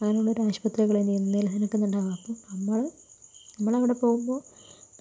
ആശുപത്രികൾ എന്തു ചെയ്യുന്നു നിലനിൽക്കുന്നുണ്ടാകാം അപ്പം നമ്മൾ നമ്മളവിടെ പോകുമ്പോൾ